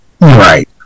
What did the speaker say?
Right